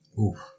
Oof